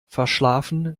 verschlafen